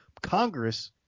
Congress